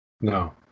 No